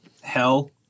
hell